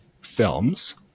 films